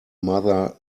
mother